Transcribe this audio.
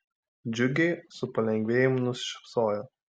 džiugiai su palengvėjimu nusišypsojo